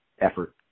effort